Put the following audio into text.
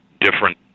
different